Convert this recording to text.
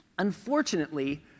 Unfortunately